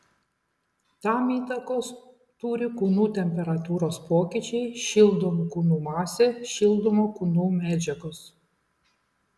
tam įtakos turi kūnų temperatūros pokyčiai šildomų kūnų masė šildomų kūnų medžiagos